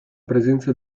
presenza